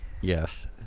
Yes